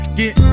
get